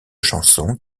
chanson